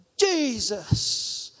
Jesus